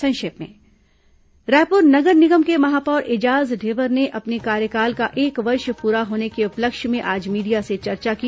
संक्षिप्त समाचार रायपुर नगर निगम के महापौर एजाज ढेबर ने अपने कार्यकाल का एक वर्ष पूरा होने के उपलक्ष्य में आज मीडिया से चर्चा की